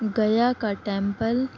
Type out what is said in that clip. گیا کا ٹیمپل